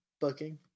booking